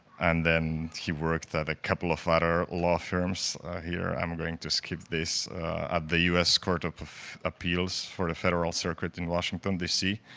and then, he worked at a couple of other but law firms here i'm going to skip this, at the u s. court of appeals for the federal circuit in washington d c.